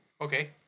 Okay